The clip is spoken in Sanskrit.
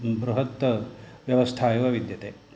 बृहद् व्यवस्था एव विद्यते